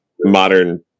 modern